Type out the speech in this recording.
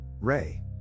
Ray